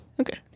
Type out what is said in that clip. Okay